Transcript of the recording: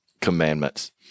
commandments